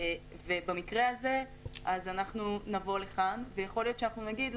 במקרה הזה נבוא לכאן ויכול להיות שנגיד,